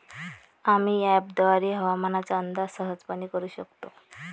आम्ही अँपपद्वारे हवामानाचा अंदाज सहजपणे करू शकतो